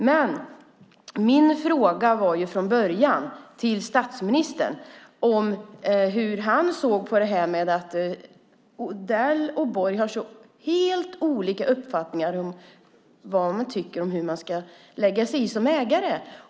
Men min fråga ställdes från början till statsministern om hur han såg på att Odell och Borg har så helt olika uppfattningar om hur man ska lägga sig i som ägare.